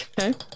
Okay